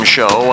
Show